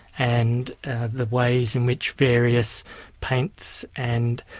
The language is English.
and the ways in which various paints and